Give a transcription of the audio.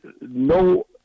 no